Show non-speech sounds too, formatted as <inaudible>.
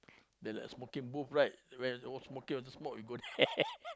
that like a smoking booth right when sm~ we smoke we also go there <laughs>